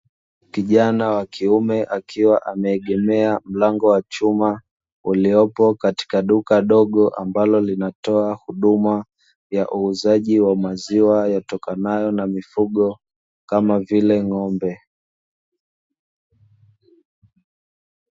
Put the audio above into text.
Kijana wa kiume akiwa ameegemea mlango wa chuma uliopo katika duka dogo, ambalo linatoa huduma ya uuzaji wa maziwa, yatokanayo na mifugo kama vile ng'ombe.